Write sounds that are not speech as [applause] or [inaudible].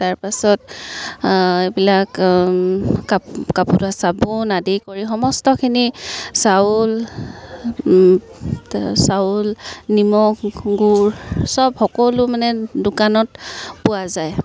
তাৰ পাছত এইবিলাক কাপোৰ ধোৱা চাবোন আদি কৰি সমস্তখিনি চাউল [unintelligible] চাউল নিমখ গুৰ চব সকলো মানে দোকানত পোৱা যায়